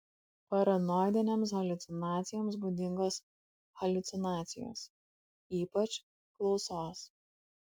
paranoidinėms haliucinacijoms būdingos haliucinacijos ypač klausos